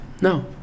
no